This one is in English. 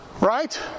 right